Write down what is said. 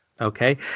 Okay